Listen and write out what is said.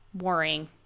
Worrying